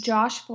Josh